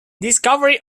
discovery